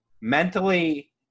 Mentally